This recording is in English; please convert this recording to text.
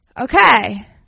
Okay